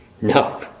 No